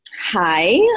Hi